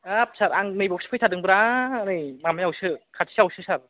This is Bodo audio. हाब सार आं नैबावसो फैथारदोंब्रा नै माबायावसो खाथियावसो सार